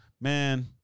man